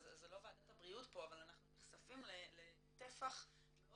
זה לא ועדת הבריאות פה אבל אנחנו נחשפים לטפח מאוד